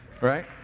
Right